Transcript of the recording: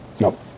No